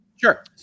Sure